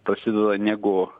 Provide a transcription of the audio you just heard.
prasideda negu